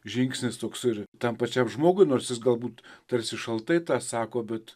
žingsnis toks ir tam pačiam žmogui nors jis galbūt tarsi šaltai tą sako bet